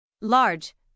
Large